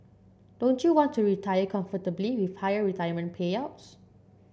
don't you want to retire comfortably with higher retirement payouts